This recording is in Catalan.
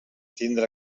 tindre